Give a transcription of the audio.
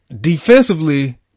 Defensively